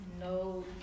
No